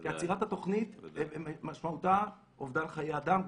כי עצירת התוכנית משמעותה אובדן חיי אדם,